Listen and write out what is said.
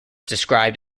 described